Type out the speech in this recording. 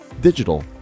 digital